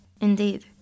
Indeed